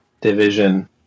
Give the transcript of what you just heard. division